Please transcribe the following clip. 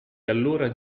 allora